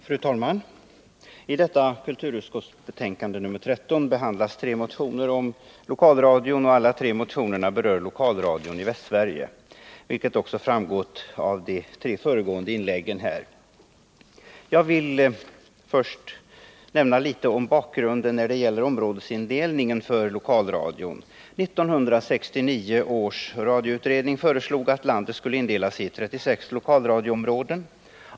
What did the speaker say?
Fru talman! I kulturutskottets betänkande nr 13 behandlas tre motioner Onsdagen den om lokalradion, och alla tre motionerna berör lokalradion i Västsverige, vilket 28 november 1979 också framgått av de tre föregående inläggen. Jag vill först redogöra för bakgrunden till områdesindelningen för lokalradion. 1969 års radioutredning föreslog att landet skulle indelas i 36 lokalradioområden.